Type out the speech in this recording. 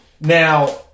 Now